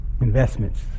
investments